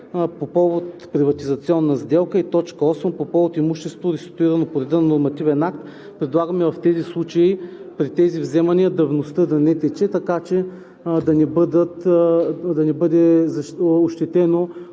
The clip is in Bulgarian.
„по повод приватизационна сделка“ и т. 8 „по повод имущество, реституирано по реда на нормативен акт“. Предлагаме в тези случаи, при тези вземания, давността да не тече така, че да не бъде ощетено